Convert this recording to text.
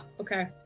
okay